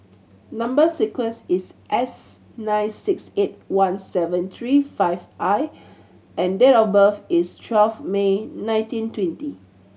number sequence is S nine six eight one seven tree five I and date of birth is twelve May nineteen twenty